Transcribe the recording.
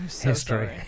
history